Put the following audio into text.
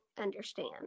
understand